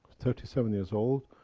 thirty seven years old.